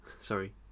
Sorry